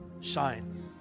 Shine